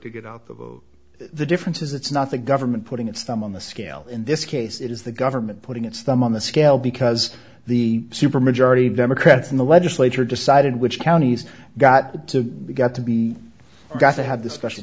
to get out the vote the difference is it's not the government putting its thumb on the scale in this case it is the government putting its thumb on the scale because the supermajority democrats in the legislature decided which counties got to be got to be got to have the special